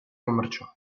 commerciali